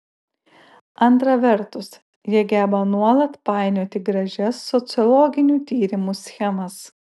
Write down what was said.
antra vertus jie geba nuolat painioti gražias sociologinių tyrimų schemas